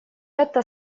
это